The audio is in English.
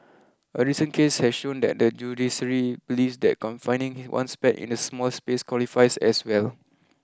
a recent case has shown that the judiciary believes that confining one's pet in a small space qualifies as well